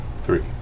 Three